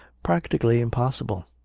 practically impossible.